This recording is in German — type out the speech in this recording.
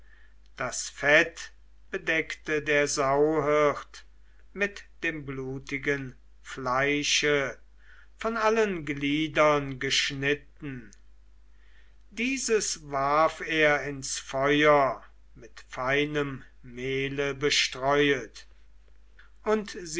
das fett bedeckte der sauhirt mit dem blutigen fleische von allen gliedern geschnitten dieses warf er ins feuer mit feinem mehle bestreuet und